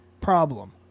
problem